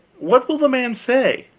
what will the man say?